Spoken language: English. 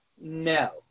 no